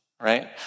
right